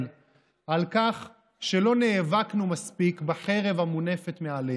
על כך שלא נאבקנו מספיק בחרב המונפת מעליהם.